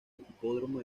hipódromo